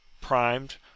primed